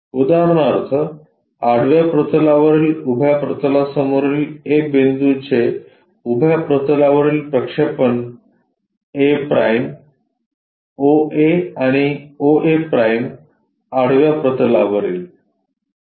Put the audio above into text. उदाहरणार्थ आडव्या प्रतलावरील उभ्या प्रतलासमोरील a बिंदूचे उभ्या प्रतलावरील प्रक्षेपण a' oa आणि oa' आडव्या प्रतलावरील